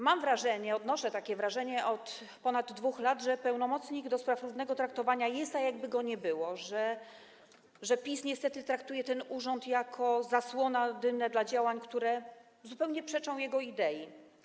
Mam wrażenie, odnoszę takie wrażenie od ponad 2 lat, że pełnomocnik do spraw równego traktowania jest, a jakby go nie było, że PiS niestety traktuje ten urząd jako zasłonę dymną dla działań, które zupełnie przeczą jego idei.